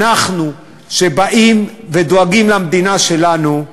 אנחנו, שבאים ודואגים למדינה שלנו,